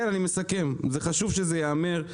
אני מסכם, חשוב שזה ייאמר.